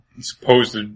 supposed